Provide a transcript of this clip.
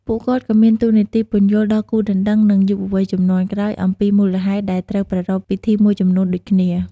ពួកគាត់ក៏មានតួនាទីពន្យល់ដល់គូដណ្ដឹង និង យុវវ័យជំនាន់ក្រោយអំពីមូលហេតុដែលត្រូវប្រារព្ធពិធីមួយចំនួនដូចគ្នា។